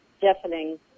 deafening